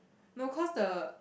no cause the